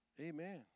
Amen